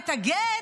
את הגט,